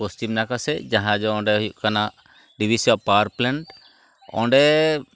ᱯᱚᱥᱪᱤᱢ ᱱᱟᱠᱷᱟ ᱥᱮᱫ ᱡᱟᱦᱟᱸ ᱡᱮ ᱚᱸᱰᱮ ᱦᱩᱭᱩᱜ ᱠᱟᱱᱟ ᱰᱤᱵᱷᱤᱥᱤᱭᱟᱜ ᱯᱟᱣᱟᱨ ᱯᱞᱮᱱᱴ ᱚᱸᱰᱮ